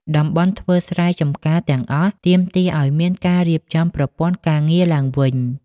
តំបន់ធ្វើស្រែចម្ការទាំងអស់ទាមទារឱ្យមានការរៀបចំប្រព័ន្ធការងារឡើងវិញ។